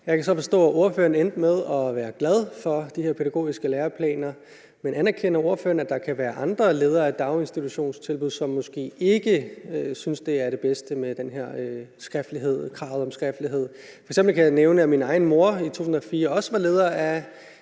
Jeg kan så forstå, at ordføreren endte med at være glad for de her pædagogiske læreplaner. Anerkender ordføreren, at der kan være andre ledere af daginstitutionstilbud, som måske ikke synes, det er det bedste med det her krav om skriftlighed? F.eks. kan jeg nævne, at min egen mor i 2004 også var leder af